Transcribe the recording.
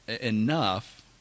enough